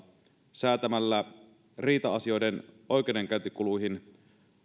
säätämällä riita asioiden oikeudenkäyntikuluihin